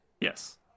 Yes